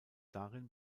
darin